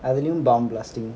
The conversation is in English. அதுலயும்:adhulayum bomb blasting